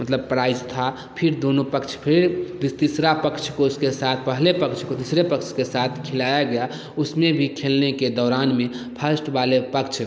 मतलब प्राइज़ था फिर दोनों पक्ष फिर फिर तीसरा पक्ष को उसके साथ पहले पक्ष को तीसरे पक्ष के साथ खिलाया गया उसमें भी खेलने के दौरान में फस्ट वाले पक्ष